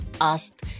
asked